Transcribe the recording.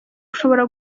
ushobora